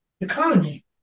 economy